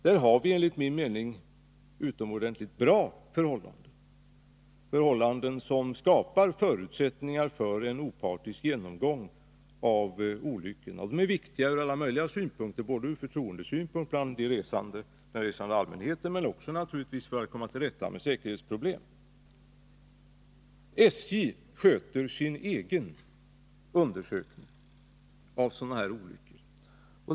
Där har vi enligt min mening utomordenligt bra förhållanden, som skapar förutsättningar för en opartisk genomgång av olyckor. Och det är viktigt ur alla möjliga synpunkter —t.ex. när det gäller förtroendet hos den resande allmänheten men naturligtvis 93 också för att komma till rätta med säkerhetsproblemen. SJ gör sina egna undersökningar av olyckorna.